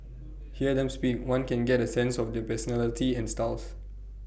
hear them speak one can get A sense of their personality and styles